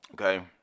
okay